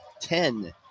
ten